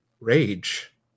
Rage